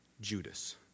Judas